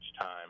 time